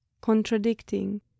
contradicting